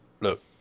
look